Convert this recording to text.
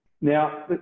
Now